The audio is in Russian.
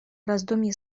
раздумье